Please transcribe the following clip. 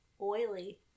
oily